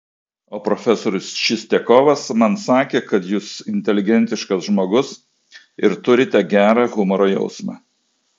o profesorius čistiakovas man sakė kad jūs inteligentiškas žmogus ir turite gerą humoro jausmą